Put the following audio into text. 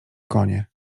konie